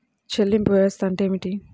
చెల్లింపు వ్యవస్థ అంటే ఏమిటి?